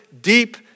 deep